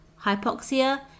hypoxia